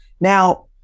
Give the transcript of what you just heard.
now